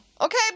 Okay